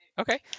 Okay